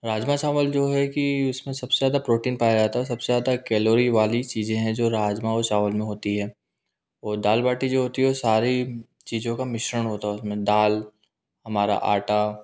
राजमा चावल जो है कि उसमें सब से जादा प्रोटीन पाया जाता है ओर सब से ज़्यादा कैलोरी वाली चीज़े हैं जो राजमा और चावल में होती है और दाल बाटी जो होती है वो सारी चीज़ों का मिश्रण होता उसमें दाल हमारा आटा